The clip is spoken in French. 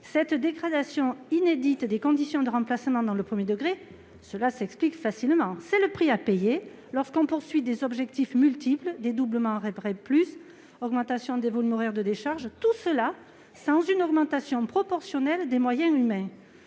Cette dégradation inédite des conditions de remplacement dans le premier degré s'explique facilement. C'est le prix à payer lorsqu'on poursuit des objectifs multiples- dédoublement des classes en REP et REP+, augmentation des volumes horaires de décharge -sans augmentation proportionnelle des moyens humains.